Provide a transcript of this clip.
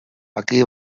aquí